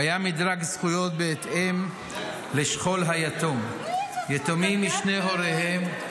קיים מדרג זכויות בהתאם לשכול היתום: יתומים משני הוריהם,